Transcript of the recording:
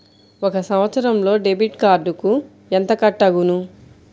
ఒక సంవత్సరంలో డెబిట్ కార్డుకు ఎంత కట్ అగును?